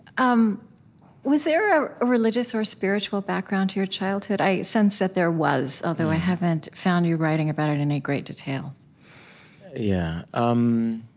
um was there ah a religious or a spiritual background to your childhood? i sense that there was, although i haven't found you writing about it in any great detail yeah. um